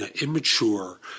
immature